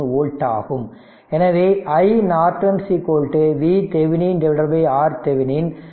923 volt ஆகும் எனவே iNorton VThevenin RThevenin